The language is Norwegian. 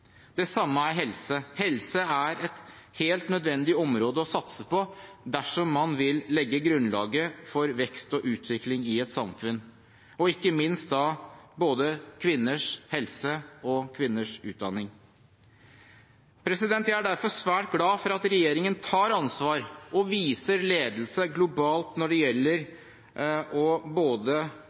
Det samme er helse. Helse er et helt nødvendig område å satse på dersom man vil legge grunnlaget for vekst og utvikling i et samfunn, og ikke minst kvinners helse og kvinners utdanning. Jeg er derfor svært glad for at regjeringen tar ansvar og viser ledelse globalt når det gjelder å forsterke viktigheten av å prioritere opp både helse og